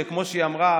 שכמו שהיא אמרה,